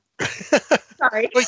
Sorry